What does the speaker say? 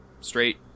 Straight